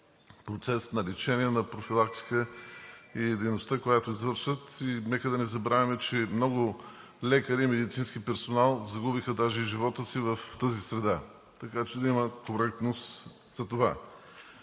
процес на лечение, на профилактика и дейността, която извършват. Нека да не забравяме, че много лекари и медицински персонал загубиха даже и живота си в тази среда. Така че да има коректност за това.